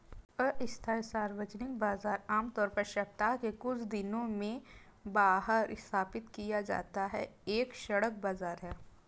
अस्थायी सार्वजनिक बाजार, आमतौर पर सप्ताह के कुछ दिनों में बाहर स्थापित किया जाता है, एक सड़क बाजार है